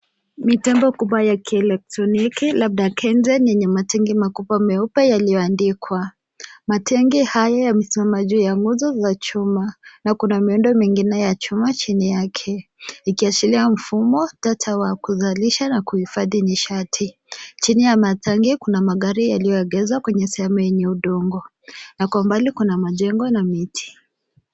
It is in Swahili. Mitambo kubwa ya kielektroniki labda Kengen yenye matanki makubwa meupe yaliyoandikwa. Matanki haya yamesimama juu ya nguzo za chuma na kuna miundo mingine ya chuma chini yake ikiashiria mfumo tata wa kuzalisha na kuhifadhi nishati. Chini ya matanki kuna magari yaliyoegeshwa kwenye sehemu yenye udongo na kwa mbali kuna majengo na miti.